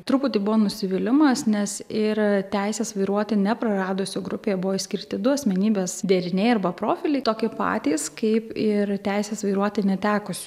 truputį buvo nusivylimas nes ir teisės vairuoti nepraradusių grupėje buvo išskirti du asmenybės deriniai arba profiliai tokie patys kaip ir teisės vairuoti netekusių